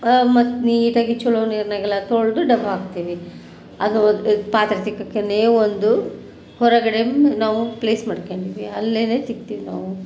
ಮತ್ತು ನೀಟಾಗಿ ಛಲೋ ನೀರಿನಾಗೆಲ್ಲ ತೊಳೆದು ಡಬ್ಬಾಕ್ತೀವಿ ಅದು ಪಾತ್ರೆ ತಿಕ್ಕೋಕ್ಕೇನೆ ಒಂದು ಹೊರಗಡೆ ನಾವು ಪ್ಲೇಸ್ ಮಾಡ್ಕೊಂಡೀವಿ ಅಲ್ಲೇನೆ ತಿಕ್ತೀವಿ ನಾವು